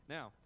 Now